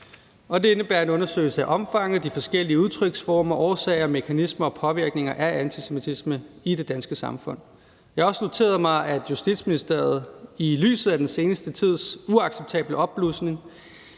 Det indebærer en undersøgelse af omfanget, de forskellige udtryksformer, årsager, mekanismer og påvirkninger i forbindelse med antisemitisme i det danske samfund. Jeg har også noteret mig, at Justitsministeriet i lyset af den seneste tids uacceptable opblussen